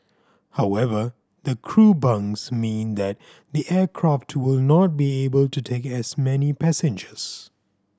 however the crew bunks mean that the aircraft will not be able to take as many passengers